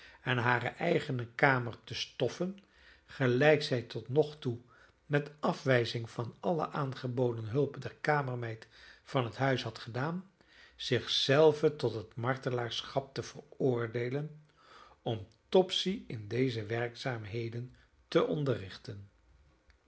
en hare eigene kamer te stoffen gelijk zij tot nog toe met afwijzing van alle aangeboden hulp der kamermeid van het huis had gedaan zich zelve tot het martelaarschap te veroordeelen om topsy in deze werkzaamheden te